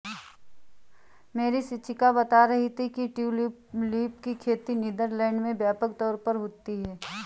मेरी शिक्षिका बता रही थी कि ट्यूलिप की खेती नीदरलैंड में व्यापक तौर पर होती है